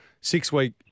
six-week